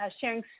sharing